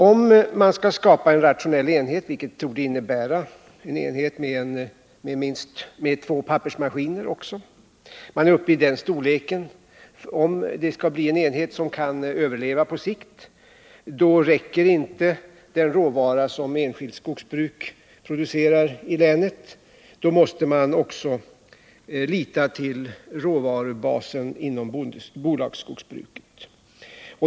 Om man skall skapa en rationell enhet, vilket torde innebära en enhet med två pappersmaskiner — man är uppe i den storleken om det skall bli en enhet som kan överleva på sikt — då räcker inte den råvara som enskilt skogsbruk producerar i länet, utan då måste man också lita till råvarubasen inom bolagsskogsbruket.